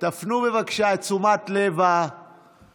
תפנו בבקשה את תשומת לב המשפחות.